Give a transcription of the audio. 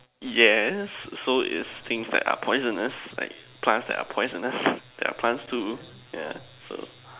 yes so is things that are poisonous like plants that are poisonous there are plants too yeah so